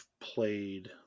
played